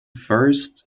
first